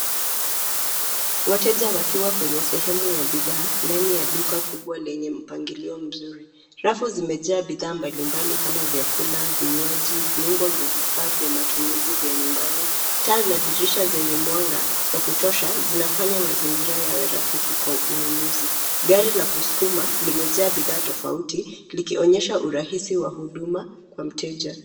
Wateja wakiwa kenye sehemu ya bidhaa ndani ya duka kubwa lenye mpangilio mzuri, rafu zimejaa bidhaa mbali mbali kama vyakula, vinywaji, viungo vya vifaa vya matumizi vya nyumbani, taa na dirisha zenye mwanga, wa kutosha, zinafanya mazingira yawe rafiki kwa ununuzi, gari la kusukuma limejaa bidhaa tofauti, likionyesha urahisi wa huduma, kwa mteja.